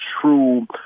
true